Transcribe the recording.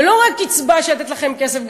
ולא רק קצבה שנותנת לכם כסף,